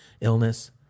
illness